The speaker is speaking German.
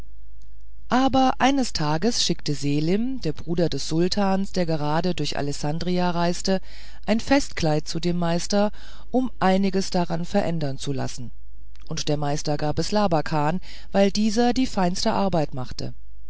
aber eines tages schickte selim der bruder des sultans der gerade durch alessandria reiste ein festkleid zu dem meister um einiges daran verändern zu lassen und der meister gab es labakan weil dieser die feinste arbeit machte